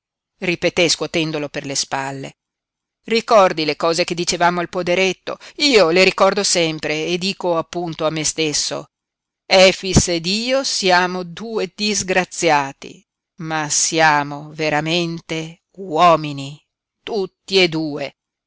ripeté scuotendolo per le spalle ricordi le cose che dicevamo al poderetto io le ricordo sempre e dico appunto a me stesso efix ed io siamo due disgraziati ma siamo veramente uomini tutti e due